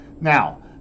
Now